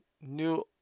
new